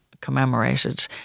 commemorated